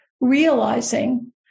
realizing